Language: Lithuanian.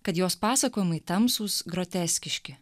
kad jos pasakojimai tamsūs groteskiški